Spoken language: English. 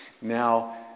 Now